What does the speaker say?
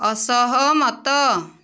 ଅସହମତ